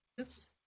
Oops